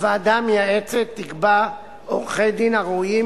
הוועדה המייעצת תקבע עורכי-דין הראויים